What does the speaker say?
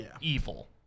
evil